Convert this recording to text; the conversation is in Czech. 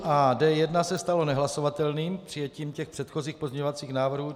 D7 a D1 se staly nehlasovatelnými přijetím předchozích pozměňovacích návrhů.